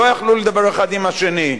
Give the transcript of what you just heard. לא יכלו לדבר האחד עם השני,